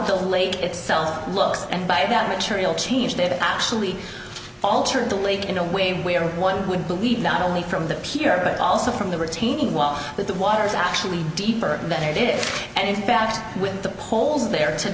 the lake itself looks and by that material changed it actually altered the lake in a way where one would believe not only from the pier but also from the retaining wall that the water's actually deeper than it is and in fact with the poles there to